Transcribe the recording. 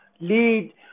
lead